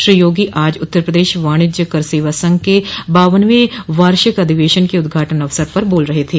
श्री योगी आज उत्तर प्रदेश वाणिज्य कर सेवा संघ के बावनवें वार्षिक अधिवेशन के उद्घाटन अवसर पर बोल रहे थे